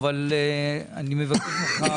אבל אני מבקש ממך,